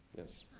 yes.